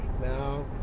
now